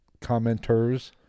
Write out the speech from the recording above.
commenters